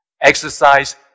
Exercise